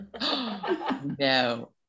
No